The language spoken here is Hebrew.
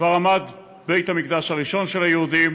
כבר עמד בית-המקדש הראשון של היהודים,